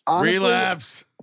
relapse